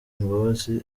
imbabazi